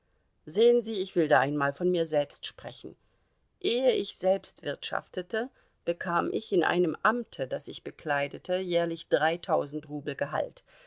sehen sie ich will da einmal von mir selbst sprechen ehe ich selbst wirtschaftete bekam ich in einem amte das ich bekleidete jährlich dreitausend rubel gehalt